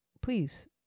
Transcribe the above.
please